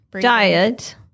Diet